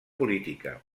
política